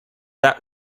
that